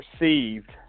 received